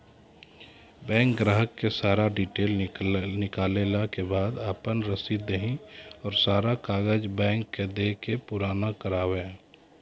Bank ग्राहक के सारा डीटेल निकालैला के बाद आपन रसीद देहि और सारा कागज बैंक के दे के पुराना करावे?